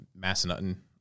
Massanutten